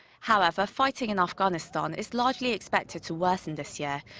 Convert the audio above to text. however, fighting in afghanistan is largely expected to worsen this year,